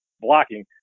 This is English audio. blocking